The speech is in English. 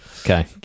Okay